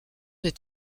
des